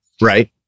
Right